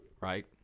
right